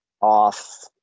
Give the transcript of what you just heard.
off